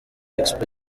expo